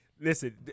Listen